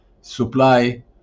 supply